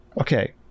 okay